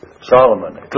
Solomon